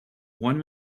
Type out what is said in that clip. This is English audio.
one